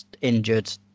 injured